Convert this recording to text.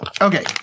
Okay